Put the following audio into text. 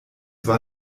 war